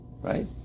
Right